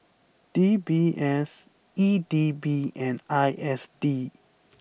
D B S E D B and I S D